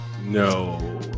No